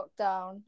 lockdown